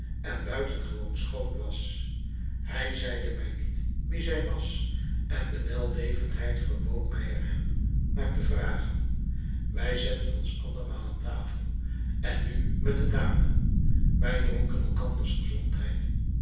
en buitengewoon schoon was hij zeide mij niet wie zij was en de wellevendheid verbood mij er hem naar te vragen wij zetten ons andermaal aan tafel en nu met de dame wij dronken elkanders gezondheid